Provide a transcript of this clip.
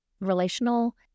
relational